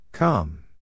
Come